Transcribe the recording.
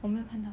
我没有看到